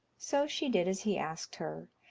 so she did as he asked her,